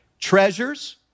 Treasures